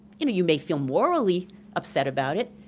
you know you may feel morally upset about it,